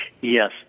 Yes